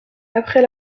après